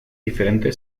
diferente